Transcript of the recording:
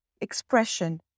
expression